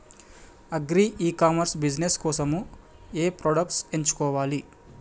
Agri e commerce business కోసము ఏ products ఎంచుకోవాలి?